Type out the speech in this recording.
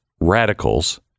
radicals